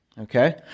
Okay